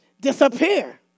disappear